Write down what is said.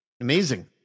amazing